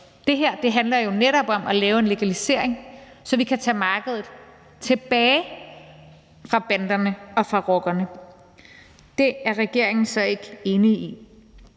Det her handler jo netop om at lave en legalisering, så vi kan tage markedet tilbage fra banderne og fra rockerne. Det er regeringen så ikke enig i.